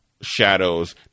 shadows